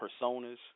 personas